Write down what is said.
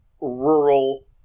rural